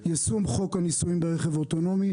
יישום חוק הניסויים ברכב אוטונומי.